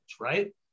right